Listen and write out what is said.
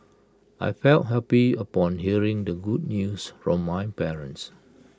I felt happy upon hearing the good news from my parents